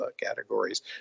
categories